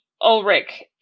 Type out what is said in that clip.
Ulrich